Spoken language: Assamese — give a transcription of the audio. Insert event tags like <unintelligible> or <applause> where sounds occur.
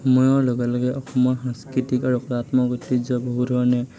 সময়ৰ লগে লগে অসমৰ সাংস্কৃতিক আৰু <unintelligible> ঐতিহ্য বহু ধৰণে